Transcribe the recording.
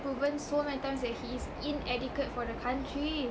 proven so many times that he is inadequate for the country